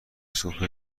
صبح